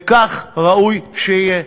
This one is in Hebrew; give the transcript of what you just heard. וכך ראוי שיהיה.